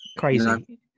crazy